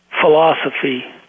philosophy